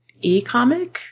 e-comic